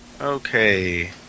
Okay